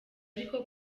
ariko